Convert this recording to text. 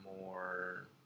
more